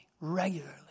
regularly